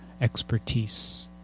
expertise